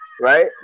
right